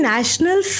National